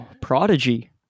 Prodigy